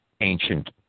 ancient